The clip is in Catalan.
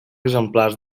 exemplars